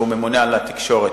שהוא ממונה על התקשורת,